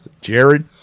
Jared